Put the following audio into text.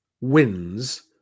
wins